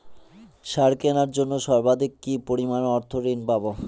সার কেনার জন্য সর্বাধিক কি পরিমাণ অর্থ ঋণ পাব?